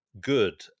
good